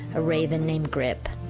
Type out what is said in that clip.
a raven, named grip,